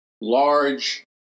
large